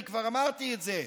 אני כבר אמרתי את זה.